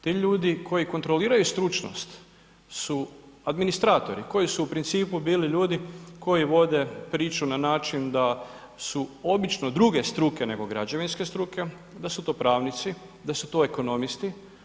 Ti ljudi koji kontroliraju stručnost su administratori, koji su u principu bili ljudi koji vode priču na način da su obično druge struke nego građevinske struke, da su to pravnici, da su to ekonomisti.